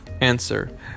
Answer